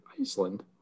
iceland